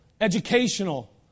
educational